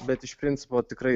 bet iš principo tikrai